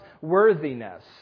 worthiness